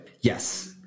yes